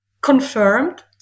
confirmed